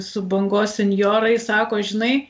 su bangos senjorai sako žinai